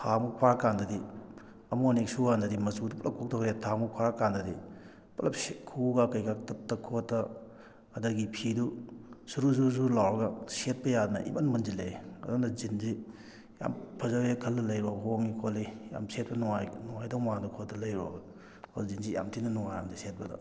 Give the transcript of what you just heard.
ꯊꯥꯃꯨꯛ ꯐꯥꯔꯀꯥꯟꯗꯗꯤ ꯑꯃꯨꯛ ꯑꯅꯤꯔꯛ ꯁꯨꯀꯥꯟꯗꯗꯤ ꯃꯆꯨꯗꯣ ꯄꯨꯂꯞ ꯀꯣꯛꯊꯈ꯭ꯔꯦ ꯊꯥꯃꯨꯛ ꯐꯥꯔꯀꯥꯟꯗꯗꯤ ꯄꯨꯂꯞ ꯈꯨꯎꯒ ꯀꯩꯀꯥ ꯇꯠ ꯈꯣꯠꯇ ꯑꯗꯒꯤ ꯐꯤꯗꯨ ꯁꯨꯔꯨ ꯁꯨꯔꯨ ꯁꯨꯔꯨ ꯂꯥꯎꯔꯒ ꯁꯦꯠꯄ ꯌꯥꯗꯅ ꯏꯃꯟ ꯃꯟꯁꯤꯜꯂꯛꯑꯦ ꯑꯗꯨꯅ ꯖꯤꯟꯁꯤ ꯌꯥꯝ ꯐꯖꯔꯦ ꯈꯟꯗꯅ ꯂꯩꯔꯣꯒ ꯍꯣꯡꯉꯤ ꯈꯣꯠꯂꯤ ꯌꯥꯝ ꯁꯦꯠꯄ ꯅꯨꯡꯉꯥꯏ ꯅꯨꯡꯉꯥꯏꯗꯧ ꯃꯥꯟꯗꯅ ꯈꯣꯠꯇꯅ ꯂꯩꯔꯨꯔꯒ ꯑꯗꯨꯒ ꯖꯤꯟꯁꯦ ꯌꯥꯝ ꯊꯤꯅ ꯅꯨꯡꯉꯥꯏꯔꯝꯗ꯭ꯔꯦ ꯁꯦꯠꯄꯗ